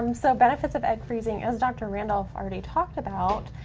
um so benefits of egg freezing, as dr. randolph already talked about,